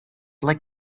like